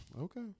Okay